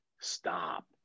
stop